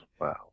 Wow